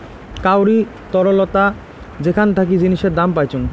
কাউরি তরলতা যেখান থাকি জিনিসের দাম পাইচুঙ